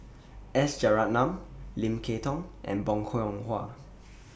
S Rajaratnam Lim Kay Tong and Bong Hiong Hwa